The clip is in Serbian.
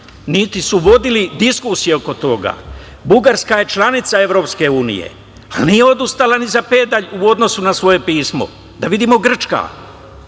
niti su vodili diskusije oko toga. Bugarska je članica EU, a nije odustala ni za pedalj, u odnosu na svoje pismo. Da vidimo Grčka.